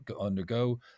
undergo